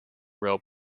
rail